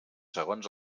segons